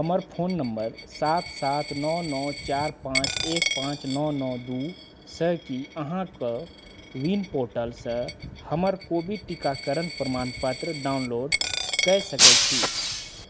हमर phone number सात सात नओ नओ चारि पाँच एक पाँच नओ नओ दू सँ की अहाँ को विन पोर्टलसँ हमर कोविड टीकाकरण प्रमाणपत्र डाउनलोड कऽ सकैत छी